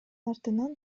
артынан